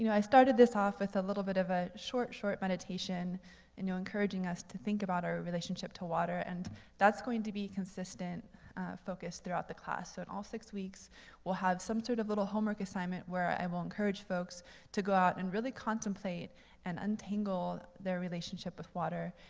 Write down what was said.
you know i started this off with a little bit of a short, short meditation and encouraging us to think about our relationship to water, and that's going to be a consistent focus throughout the class. so all six weeks we'll have some sort of little homework assignment where i will encourage folks to go out and really contemplate and untangle their relationship with water,